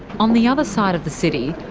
on the other side of the city,